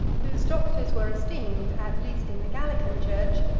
whose doctors were esteemed, at least in the gallican church,